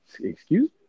Excuse